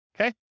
Okay